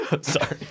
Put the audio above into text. sorry